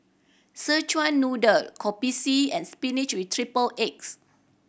Szechuan Noodle Kopi C and spinach with triple eggs